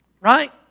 right